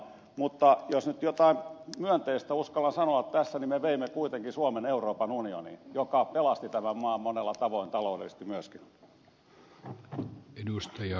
mutta jos nyt jotain myönteistä uskallan sanoa tässä niin me veimme kuitenkin suomen euroopan unioniin joka pelasti tämän maan monella tavoin myöskin taloudellisesti